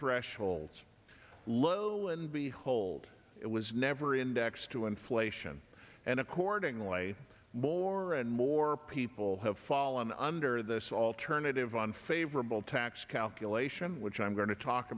thresholds lo and behold it was never indexed to inflation and accordingly more and more people have fallen under this alternative unfavorable tax calculation which i'm going to talk